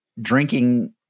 drinking